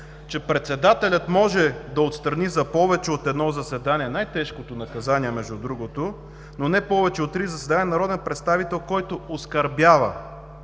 че „председателят може да отстрани за повече от едно заседание – най тежкото наказание между другото – но не повече от три заседания, народен представител, който оскърбява